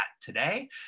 today